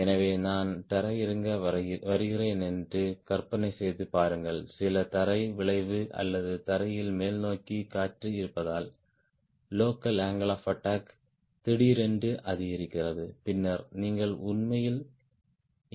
எனவே நான் தரையிறங்க வருகிறேன் என்று கற்பனை செய்து பாருங்கள் சில தரை விளைவு அல்லது தரையில் மேல்நோக்கி காற்று இருப்பதால் லோக்கல் அங்கிள் of அட்டாக் திடீரென்று அதிகரிக்கிறது பின்னர் நீங்கள் உண்மையில் இங்கே விழுகிறீர்கள்